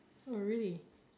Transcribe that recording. oh really